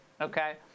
okay